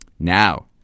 Now